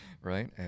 Right